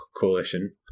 coalition